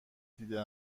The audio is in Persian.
دیده